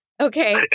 Okay